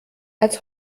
als